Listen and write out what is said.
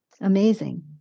Amazing